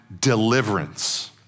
deliverance